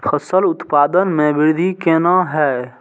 फसल उत्पादन में वृद्धि केना हैं?